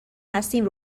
هستیم